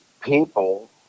people